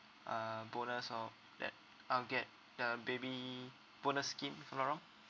uh bonus all that I'll get ya a baby bonus scheme if I'm not wrong